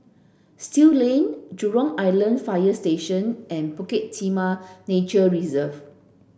Still Lane Jurong Island Fire Station and Bukit Timah Nature Reserve